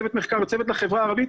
צוות מחקר וצוות למחקר הערבית.